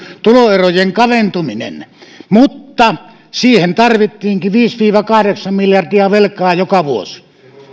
tuloerojen kaventuminen mutta siihen tarvittiinkin viisi viiva kahdeksan miljardia velkaa joka vuosi